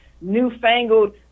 newfangled